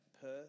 Perth